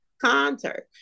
concert